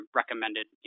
recommended